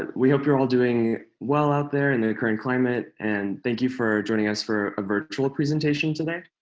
ah we hope you're all doing well out there in the current climate and thank you for joining us for a virtual presentation today.